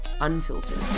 unfiltered